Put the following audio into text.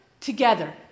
together